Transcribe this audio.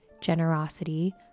generosity